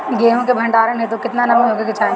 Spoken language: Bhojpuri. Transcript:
गेहूं के भंडारन हेतू कितना नमी होखे के चाहि?